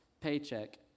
paycheck